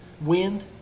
wind